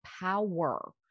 power